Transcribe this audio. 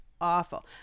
awful